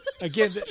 Again